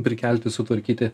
prikelti sutvarkyti